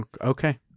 Okay